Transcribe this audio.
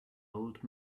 old